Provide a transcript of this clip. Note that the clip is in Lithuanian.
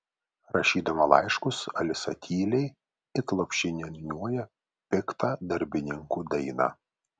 rašydama laiškus alisa tyliai it lopšinę niūniuoja piktą darbininkų dainą